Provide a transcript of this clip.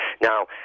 Now